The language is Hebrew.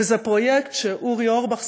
וזה פרויקט שאורי אורבך,